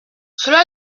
cela